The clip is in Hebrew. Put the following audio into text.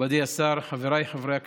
מכובדי השר, חבריי חברי הכנסת,